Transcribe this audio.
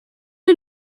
est